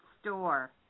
Store